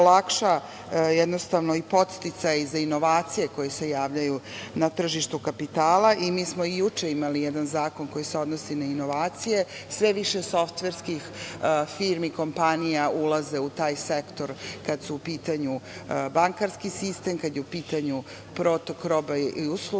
se olakšaju i podsticaji za inovacije koji se javljaju na tržištu kapitala. Mi smo i juče imali jedan zakon koji se odnosi na inovacije. Sve više softverskih firmi, kompanija ulaze u taj sektor kada je u pitanju bankarski sistem, kada je u pitanju protok roba i usluga.